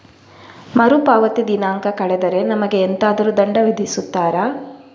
ಮರುಪಾವತಿ ದಿನಾಂಕ ಕಳೆದರೆ ನಮಗೆ ಎಂತಾದರು ದಂಡ ವಿಧಿಸುತ್ತಾರ?